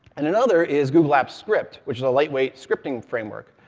and another is google apps script, which is a lightweight scripting framework.